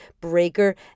Breaker